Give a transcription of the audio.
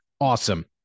Awesome